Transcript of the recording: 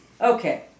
Okay